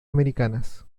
americanas